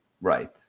Right